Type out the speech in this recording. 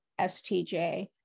STJ